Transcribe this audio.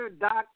Doctor